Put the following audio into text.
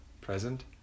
present